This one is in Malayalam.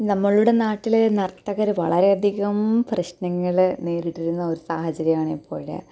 നമ്മളുടെ നാട്ടിൽ നർത്തകർ വളരെ അധികം പ്രശ്നങ്ങൾ നേരിടുന്ന ഒരു സാഹചര്യമാണ് ഇപ്പോൾ